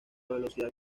velocidad